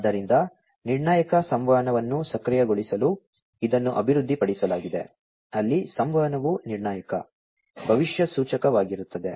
ಆದ್ದರಿಂದ ನಿರ್ಣಾಯಕ ಸಂವಹನವನ್ನು ಸಕ್ರಿಯಗೊಳಿಸಲು ಇದನ್ನು ಅಭಿವೃದ್ಧಿಪಡಿಸಲಾಗಿದೆ ಅಲ್ಲಿ ಸಂವಹನವು ನಿರ್ಣಾಯಕ ಭವಿಷ್ಯಸೂಚಕವಾಗಿರುತ್ತದೆ